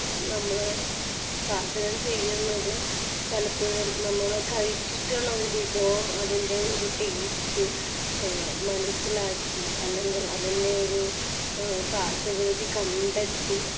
നമ്മൾ പാചകം ചെയ്യുന്നത് പലപ്പോഴും നമ്മൾ കഴിച്ചിട്ടുള്ള ഒരു വിഭവം അതിന്റെ ഒരു ടേസ്റ്റ് മനസ്സിലാക്കി അല്ലെങ്കില് അതിന്റെ ഒരു പാചകവിധി കണ്ടെത്തി